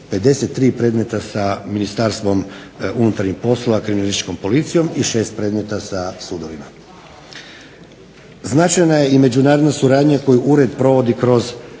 53 predmeta sa Ministarstvom unutarnjih poslova kriminalističkom policijom i 6 predmeta sa sudovima. Značajna je i međunarodna suradnja koju ured provodi kroz